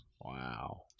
Wow